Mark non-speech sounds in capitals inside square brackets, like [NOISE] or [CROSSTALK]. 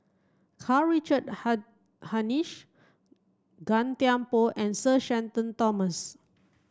Karl Richard [UNINTELLIGIBLE] Hanitsch Gan Thiam Poh and Sir Shenton Thomas